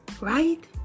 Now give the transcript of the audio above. right